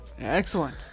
excellent